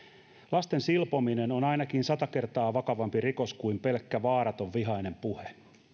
lasten silpominen on ainakin sata kertaa vakavampi rikos kuin pelkkä vaaraton vihainen puhe